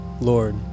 Lord